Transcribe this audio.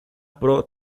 pro